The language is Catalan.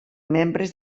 membres